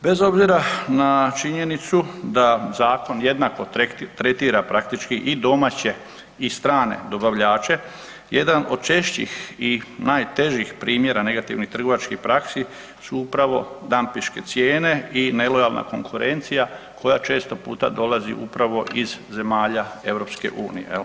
Bez obzira na činjenicu da zakon jednako tretira praktički i domaće i strane dobavljače jedan od češćih i najtežih primjera negativnih trgovačkih praksi su upravo dampinške cijene i nelojalna konkurencija koja često puta dolazi upravo iz zemalja EU.